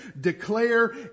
declare